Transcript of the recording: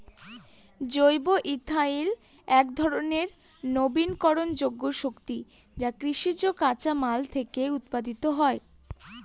জৈব ইথানল একধরনের নবীকরনযোগ্য শক্তি যা কৃষিজ কাঁচামাল থেকে উৎপাদিত হতে পারে